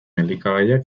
elikagaiak